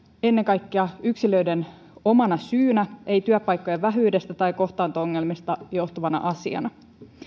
ennen kaikkea yksilöiden omana syynä ei työpaikkojen vähyydestä tai kohtaanto ongelmista johtuvana asiana